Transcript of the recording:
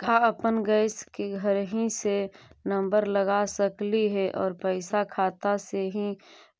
का अपन गैस के घरही से नम्बर लगा सकली हे और पैसा खाता से ही